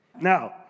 Now